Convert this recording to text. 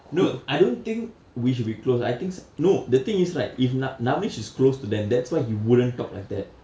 no I don't think we should be close I think no the thing is right if na~ navinesh is close to them that's why he wouldn't talk like that